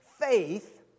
faith